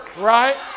Right